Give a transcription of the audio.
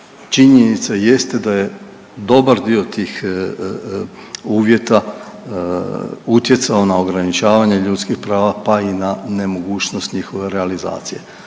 činjenica jeste da je dobar dio tih uvjeta utjecao na ograničavanje ljudskih prava, pa i na nemogućnost njihove realizacije.